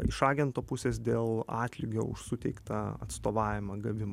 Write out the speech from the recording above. iš agento pusės dėl atlygio už suteiktą atstovavimą gavimo